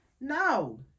No